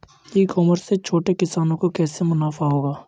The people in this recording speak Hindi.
ई कॉमर्स से छोटे किसानों को कैसे मुनाफा होगा?